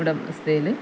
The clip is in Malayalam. ഉടമസ്ഥതയിൽ